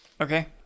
Okay